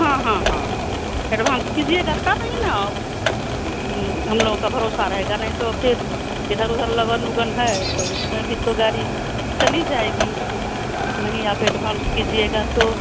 हँ हँ हँ हँ एडभांस कीजिएगा तभी ना हम लोगों का भरोसा रहेगा नहीं तो फिर इधर उधर लगन उगन है तो उसमें भी तो गाड़ी चली जाएगी नहीं आप एडभांस कीजिएगा तो